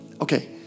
Okay